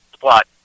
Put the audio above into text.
plot